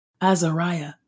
Azariah